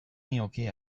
nioke